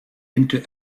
into